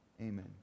Amen